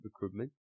recruitment